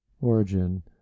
origin